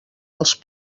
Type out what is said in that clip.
els